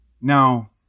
Now